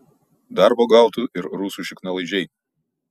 darbo gautų ir rusų šiknalaižiai